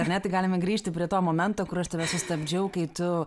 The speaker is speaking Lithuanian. ar ne tai galime grįžti prie to momento kur aš tave sustabdžiau kai tu